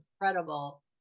incredible